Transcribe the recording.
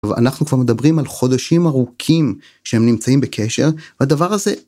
אנחנו מדברים על חודשים ארוכים שהם נמצאים בקשר הדבר הזה.